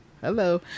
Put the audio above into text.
hello